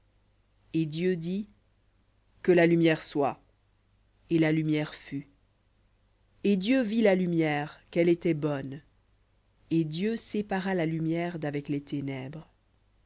et dieu dit que la lumière soit et la lumière fut et dieu vit la lumière qu'elle était bonne et dieu sépara la lumière d'avec les ténèbres